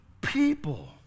people